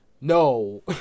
no